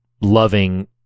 loving